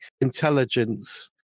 intelligence